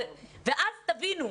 ואז תבינו.